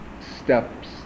steps